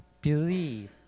Believe